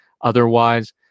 Otherwise